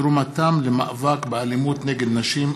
תרומתם למאבק באלימות נגד נשים,